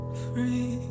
free